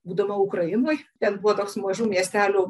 būdama ukrainoj ten buvo toks mažų miestelių